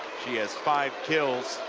she has five kills